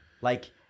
Like-